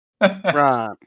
Right